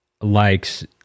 likes